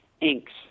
inks